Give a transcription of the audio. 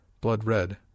Blood-red